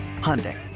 Hyundai